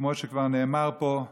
וכמו שכבר נאמר פה,